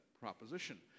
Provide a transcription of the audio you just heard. proposition